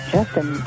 Justin